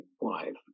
wife